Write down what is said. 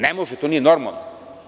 Ne može, to nije normalno.